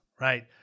right